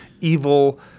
evil